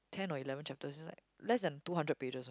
ten or eleven chapters that's just like less than two hundred pages what